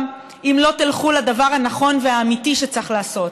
אם לא תלכו לדבר הנכון והאמיתי שצריך לעשות.